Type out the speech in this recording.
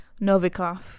Novikov